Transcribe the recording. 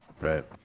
Right